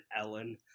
Ellen